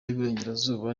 y’iburengerazuba